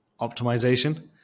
optimization